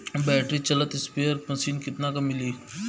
Battery चलत sprayer machine कितना क मिली?